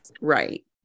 right